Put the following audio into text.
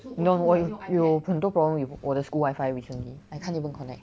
你懂我有很多 problem with 我的 school wifi recently I can't even connect